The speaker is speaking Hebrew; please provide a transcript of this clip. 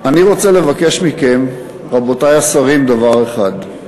אני רוצה לבקש מכם, רבותי השרים, דבר אחד.